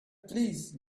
please